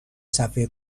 صفحه